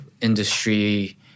industry